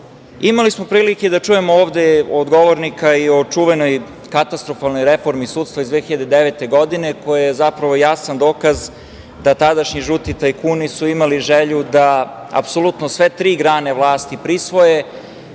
smo prilike da čujemo ovde od govornika i o čuvenoj katastrofalnoj reformi sudstva iz 2009. godine, koja je zapravo jasan dokaz da su tadašnji žuti tajkuni imali želju da apsolutno sve tri grane vlasti prisvoje.